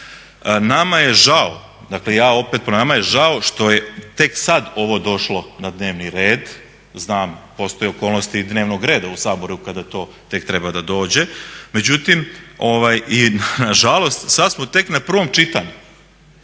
slažem sa ovim prijedlogom. Nama je žao što je tek sad ovo došlo na dnevni red. Znam, postoje okolnosti i dnevnog reda u Saboru kada to tek treba da dođe, međutim i nažalost sad smo tek na prvom čitanju.